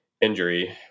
injury